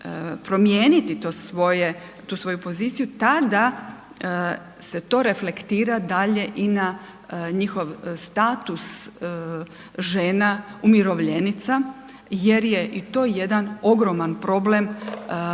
svoje, tu svoju poziciju, tada se to reflektira dalje i na njihov status žena umirovljenica, jer je i to jedan ogroman problem gdje je